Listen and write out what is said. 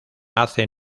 hace